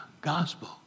gospel